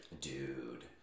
Dude